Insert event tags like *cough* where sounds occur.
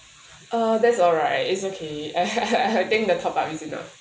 uh that's all right is okay *laughs* I think the top up is enough